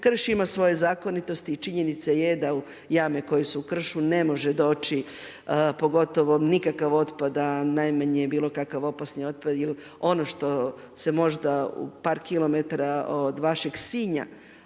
krš ima svoje zakonitosti i činjenica je da jame koje su u kršu ne može doći pogotovo nikakav otpad, a najmanje bilo kakav opasni otpad jel ono što se možda u par kilometara od vašeg Sinja